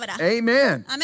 Amen